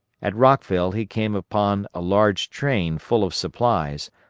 at rockville he came upon a large train full of supplies,